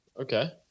Okay